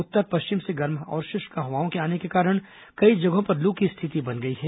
उत्तर पश्चिम से गर्म और शुष्क हवाओं के आने के कारण कई जगहों पर लू की स्थिति बन गई है